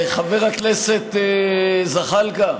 חבר הכנסת זחאלקה,